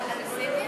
כהצעה לסדר-היום?